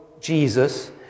Jesus